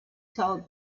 told